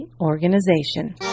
organization